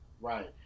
Right